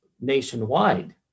nationwide